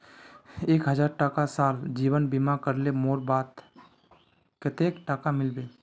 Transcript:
एक हजार टका साल जीवन बीमा करले मोरवार बाद कतेक टका मिलबे?